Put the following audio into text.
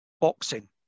boxing